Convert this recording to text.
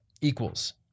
equals